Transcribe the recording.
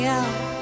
out